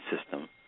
system